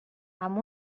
amb